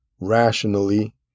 rationally